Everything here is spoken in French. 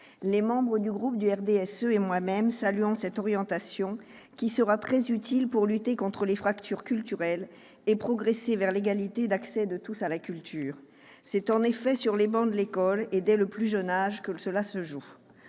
Les membres du groupe du RDSE et moi-même saluons cette orientation, qui sera très utile pour lutter contre les fractures culturelles et progresser vers l'égalité d'accès de tous à la culture. C'est en effet sur les bancs de l'école et dès le plus jeune âge que cela se joue.